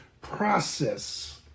process